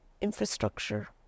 Infrastructure